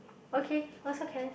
okay also can